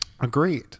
agreed